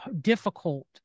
difficult